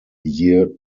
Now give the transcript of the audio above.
year